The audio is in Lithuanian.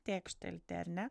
tėkštelti ar ne